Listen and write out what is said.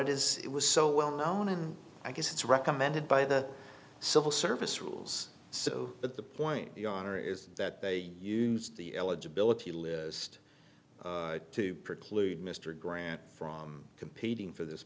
it is it was so well known and i guess it's recommended by the civil service rules so but the point the honor is that they used the eligibility list to preclude mr grant from competing for this